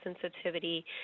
sensitivity